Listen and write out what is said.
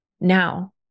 Now